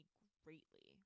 greatly